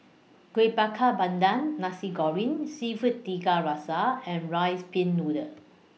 Kueh Bakar Pandan Nasi Goreng Seafood Tiga Rasa and Rice Pin Noodles